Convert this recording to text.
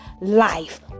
life